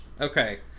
Okay